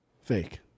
Fake